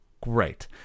great